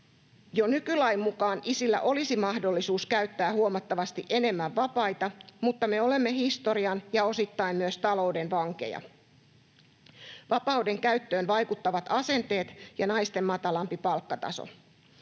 Jo nykylain mukaan isillä olisi mahdollisuus käyttää huomattavasti enemmän vapaita, mutta me olemme historian ja osittain myös talouden vankeja. Vapauden käyttöön vaikuttavat asenteet ja naisten matalampi palkkataso.